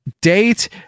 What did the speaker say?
date